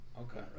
Okay